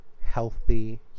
healthy